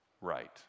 right